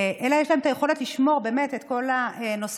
יש להם את היכולת לשמור את כל הנושא